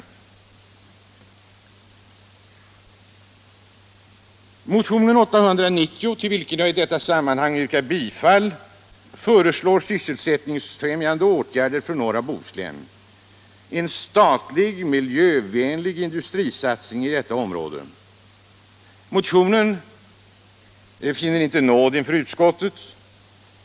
I motionen 890, till vilken jag i detta sammanhang yrkar bifall, föreslås sysselsättningsfrämjande åtgärder för norra Bohuslän — en statlig miljövänlig industrisatsning i detta område. Motionen finner dock inte nåd inför utskottet.